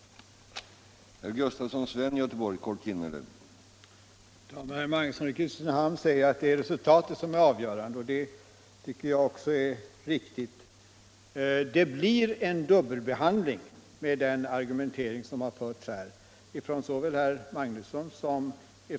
Jag har i alla fall den uppfattningen.